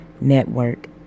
Network